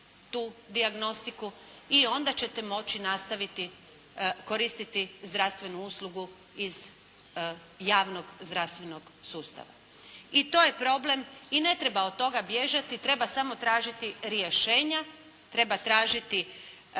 tu dijagnostiku i onda ćete moći nastaviti koristiti zdravstvenu uslugu iz javnog zdravstvenog sustava. I to je problem i ne treba od toga bježati. Treba samo tražiti rješenja, treba tražiti